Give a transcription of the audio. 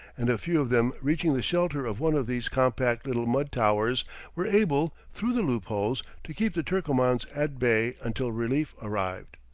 and a few of them reaching the shelter of one of these compact little mud towers were able, through the loop-holes, to keep the turcomans at bay until relief arrived.